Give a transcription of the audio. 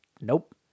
Nope